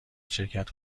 شرکت